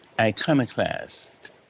iconoclast